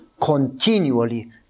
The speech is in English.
Continually